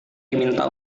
diminta